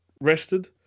rested